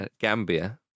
Gambia